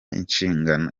inshingano